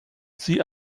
sie